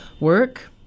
work